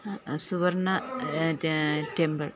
Suvarna temple